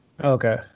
Okay